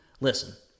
Listen